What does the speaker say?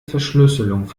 verschlüsselung